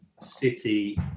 city